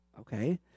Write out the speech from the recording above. okay